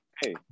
Hey